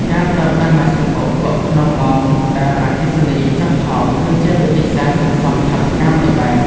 ការប្រើប្រាស់ម៉ាស៊ីនបោកគក់ក្នុងម៉ោងដែលអគ្គិសនីចុះថោក គឺជាវិធីសាស្ត្រសន្សំថវិកាមួយបែប។